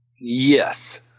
yes